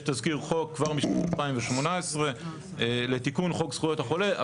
יש תזכיר חוק כבר מ-2018 לתיקון חוק שזכויות החולה,